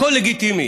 הכול לגיטימי.